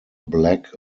black